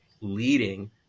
leading